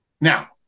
Now